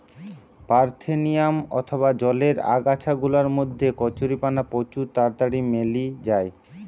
parthenium অথবা জলের আগাছা গুলার মধ্যে কচুরিপানা প্রচুর তাড়াতাড়ি মেলি যায়